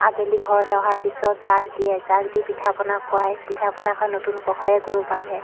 আবেলি ঘৰলৈ অহাৰ পিছত যাগ দিয়ে যাগ দি পিঠাপনা খুৱায় পিঠাপনা খুৱাই নতুন পঘাৰে গৰুক বান্ধে